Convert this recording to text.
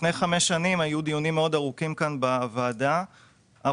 לפני חמש שנים היו דיונים מאוד ארוכים בוועדה - אנחנו